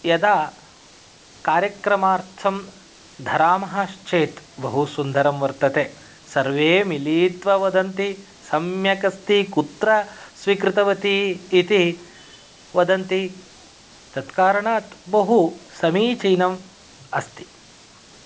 यदा कार्यक्रमार्थं धरामश्चेत् बहुसुन्दरं वर्तते सर्वे मिलित्वा वदन्ति सम्यक् अस्ति कुत्र स्वीकृतवती इति वदन्ति तत्कारणात् बहुसमीचीनं अस्ति